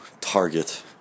target